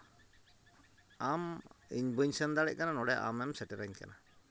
ᱟᱢ ᱤᱧ ᱵᱟᱹᱧ ᱥᱮᱱ ᱫᱟᱲᱮᱭᱟᱜ ᱠᱟᱱᱟ ᱱᱚᱰᱮ ᱟᱢᱮᱢ ᱥᱮᱴᱮᱨᱟᱹᱧ ᱠᱟᱱᱟ